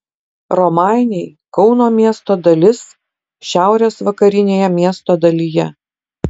romainiai kauno miesto dalis šiaurės vakarinėje miesto dalyje